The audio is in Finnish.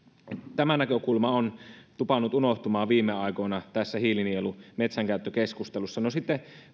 tämä näkökulma on tupannut unohtumaan viime aikoina tässä hiilinielu metsänkäyttökeskustelussa no sitten